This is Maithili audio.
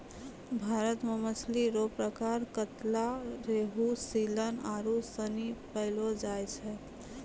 भारत मे मछली रो प्रकार कतला, रेहू, सीलन आरु सनी पैयलो जाय छै